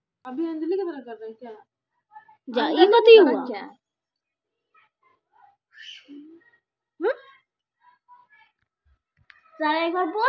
अजकालित हर कोई सोनार बढ़ती कीमतत निवेश कारवार तने चाहछै